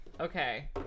okay